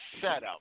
setup